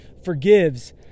forgives